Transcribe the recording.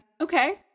Okay